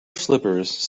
slippers